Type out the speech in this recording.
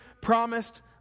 promised